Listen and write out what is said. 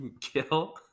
Kill